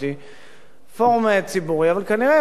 אבל כנראה משהו העיק עליו בצורה מאוד עמוקה,